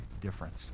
difference